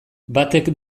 batek